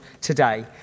today